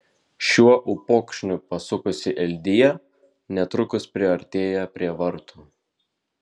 šiuo upokšniu pasukusi eldija netrukus priartėja prie vartų